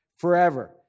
forever